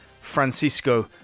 Francisco